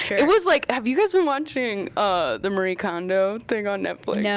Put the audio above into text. it was like, have you guys been watching ah the marie kondo thing on netflix? yeah